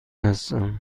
هستم